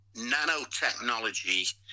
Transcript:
nanotechnology